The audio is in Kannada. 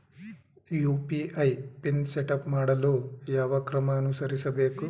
ಯು.ಪಿ.ಐ ಪಿನ್ ಸೆಟಪ್ ಮಾಡಲು ಯಾವ ಕ್ರಮ ಅನುಸರಿಸಬೇಕು?